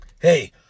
Hey